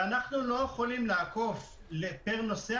ואנחנו לא יכולים לעקוף פר נוסע,